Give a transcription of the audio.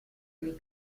dei